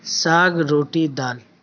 ساگ روٹی دال